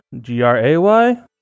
G-R-A-Y